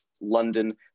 London